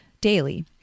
daily